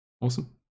Awesome